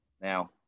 Now